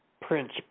Prince